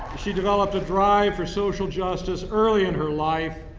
she developed a drive for social justice early in her life.